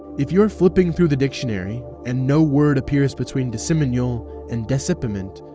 if you're flipping through the dictionary, and no word appears between disseminule and dissepiment,